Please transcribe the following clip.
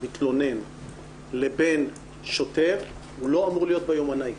מתלונן לבין שוטר הוא לא אמור להיות ביומנאי.